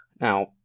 Now